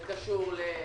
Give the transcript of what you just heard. זה קשור לפריפריה,